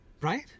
right